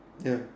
ya